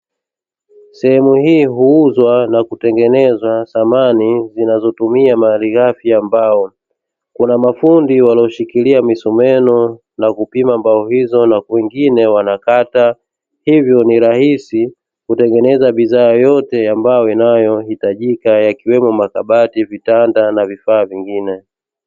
Sehemu hii huuzwa na kutengeneza samani zinazotumia malighafi ya mbao. Kuna mafundi walioshikilia misumeno na kupima mbao hizo na wengine wanakata hivyo ni rahisi kutengeneza bidhaa yoyote ya mbao ambayo inahitajika yakiwepo makabati, vitanda na vifaa vingine.